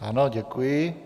Ano, děkuji.